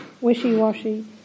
wishy-washy